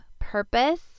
purpose